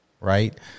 right